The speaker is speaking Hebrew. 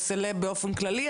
או סלב באופן כללי,